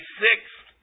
sixth